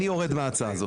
אני יורד מההצעה הזאת.